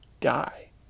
die